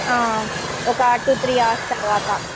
ఆ ఒక two three hours తర్వాత